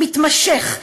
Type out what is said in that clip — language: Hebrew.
מתמשך,